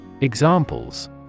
Examples